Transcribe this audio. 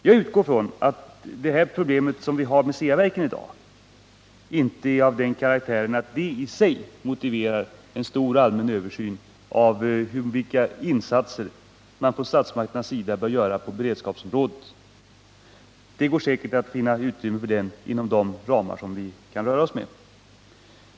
Jag utgår från att problemet med Ceaverken i dag inte är av den karaktären att det i sig motiverar en stor, allmän översyn av vilka insatser statsmakterna bör göra på beredskapsområdet. Det går säkert att finna utrymme för den inom de ramar som vi kan röra oss med.